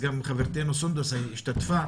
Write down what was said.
גם חברתנו סונדוס השתתפה